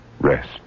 rest